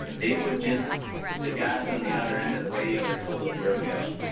they were just the guys on the other end of the radio that told us where to go.